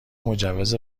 مجوز